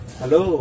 Hello